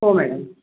हो मॅडम